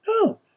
No